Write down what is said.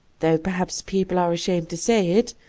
though perhaps people are ashamed to say it,